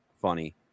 funny